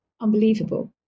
unbelievable